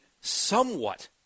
somewhat